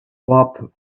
flop